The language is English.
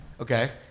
Okay